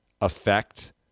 affect